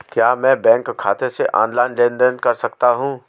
क्या मैं बैंक खाते से ऑनलाइन लेनदेन कर सकता हूं?